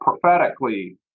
prophetically